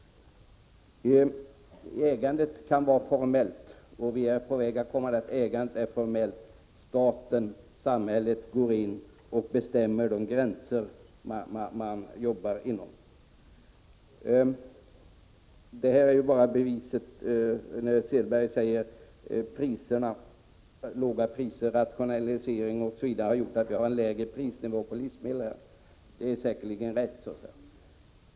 Ägandet är nu på väg att bli formellt, där samhället går in och bestämmer de gränser inom vilka man skall jobba. Åke Selberg säger att låga priser, rationaliseringar osv. har gjort att prisnivån på livsmedel är lägre, och det är säkerligen riktigt.